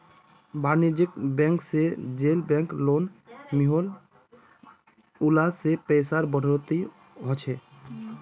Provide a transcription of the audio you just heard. वानिज्ज्यिक बैंक से जेल बैंक लोन मिलोह उला से पैसार बढ़ोतरी होछे